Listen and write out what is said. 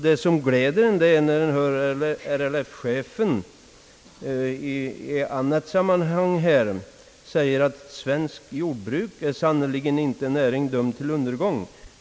Det är glädjande när RLF-chefen i annat sammanhang säger: »Svenskt jordbruk är sannerligen inte en näring dömd till undergång.